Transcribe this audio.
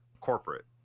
corporate